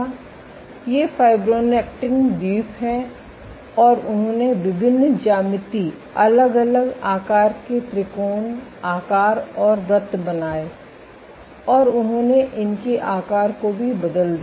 तो ये फ़ाइब्रोनेक्टिन द्वीप हैं और उन्होंने विभिन्न ज्यामिति अलग अलग आकार के त्रिकोण आयताकार और वृत्त बनाए और उन्होंने इन के आकार को भी बदल दिया